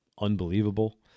Unbelievable